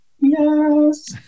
yes